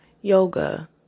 Yoga